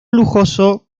lujoso